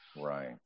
Right